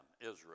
Israel